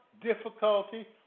difficulty